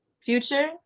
Future